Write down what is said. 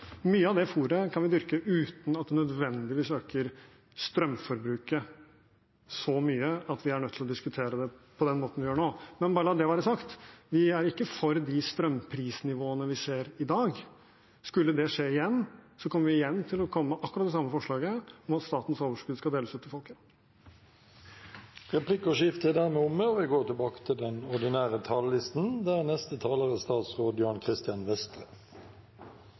Mye av det fôret kan vi dyrke uten at det nødvendigvis øker strømforbruket så mye at vi er nødt til å diskutere det på den måten vi gjør nå. Men bare la det være sagt: Vi er ikke for de strømprisnivåene vi ser i dag. Skulle det skje igjen, kommer vi til å komme med akkurat det samme forslaget, om at statens overskudd skal deles ut til folket. Replikkordskiftet er dermed omme. Vi har de siste par ukene dessverre på nytt vært nødt til